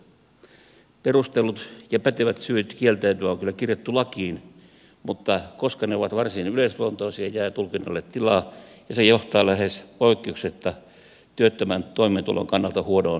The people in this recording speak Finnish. perustellut ja pätevät syyt kieltäytyä on kyllä kirjattu lakiin mutta koska ne ovat varsin yleisluontoisia jää tulkinnalle tilaa ja se johtaa lähes poikkeuksetta työttömän toimeentulon kannalta huonoon lopputulokseen